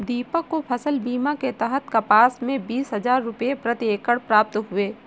प्रदीप को फसल बीमा के तहत कपास में बीस हजार रुपये प्रति एकड़ प्राप्त हुए